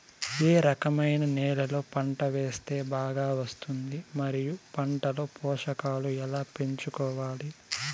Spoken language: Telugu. ఏ రకమైన నేలలో పంట వేస్తే బాగా వస్తుంది? మరియు పంట లో పోషకాలు ఎలా పెంచుకోవాలి?